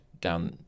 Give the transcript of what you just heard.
down